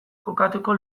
jokatuko